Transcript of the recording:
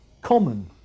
common